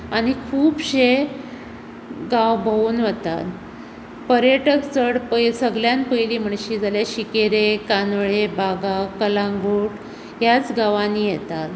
आनी खुबशे गांव भोंवून वतात पर्यटक चड सगळ्यांत पयली म्हणशी जाल्यार शिंकेरे कांदोळे बागा कळंगूट ह्याच गांवांनी येतात